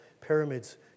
pyramids